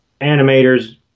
animators